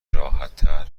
راحتتر